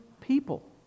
people